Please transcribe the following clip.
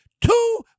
two